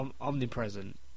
omnipresent